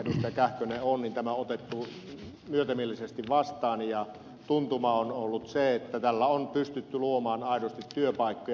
kähkönen on tämä on otettu myötämielisesti vastaan ja tuntuma on ollut se että tällä on pystytty luomaan aidosti työpaikkoja